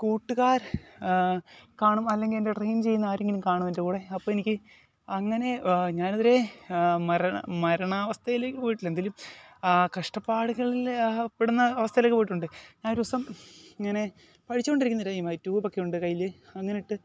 കൂട്ടുകാർ കാണും അല്ലെങ്കിൽ എന്റെ ട്രെയിൻ ചെയ്യുന്ന ആരെങ്കിലും കാണും എന്റെ കൂടെ അപ്പോൾ എനിക്ക് അങ്ങനെ ഞാൻ ഇതുവരെ മരണം മരണാവസ്ഥയിലേക്ക് പോയിട്ടില്ല എന്തെങ്കിലും കഷ്ടപ്പാടുകളിൽ പെടുന്ന അവസ്ഥയിലേക്ക് പോയിട്ടുണ്ട് ഞാൻ ഒരു ദിവസം ഇങ്ങനെ പഠിച്ച് കൊണ്ടിരിക്കുന്ന ടൈം ആയി ട്യൂബെക്കെ ഉണ്ട് കയ്യിൽ അങ്ങനെ ഇട്ടു